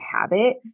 habit